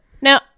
Now